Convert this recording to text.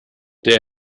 der